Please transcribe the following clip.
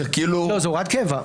לא, זו הוראת קבע.